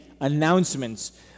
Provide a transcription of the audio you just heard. announcements